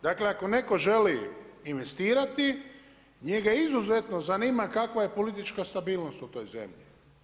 Dakle, ako netko želi investirati, njega izuzetno zanima kakva je politička stabilnost u toj zemlji.